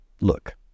Look